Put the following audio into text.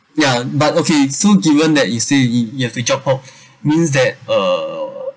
ya but okay so given that you say y~ you have to job hop means that uh